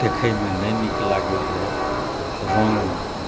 देखयमे नहि नीक लागैत रहए रङ्ग